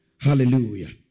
Hallelujah